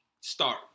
start